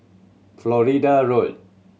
Florida Road